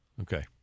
Okay